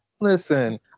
listen